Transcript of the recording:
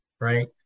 right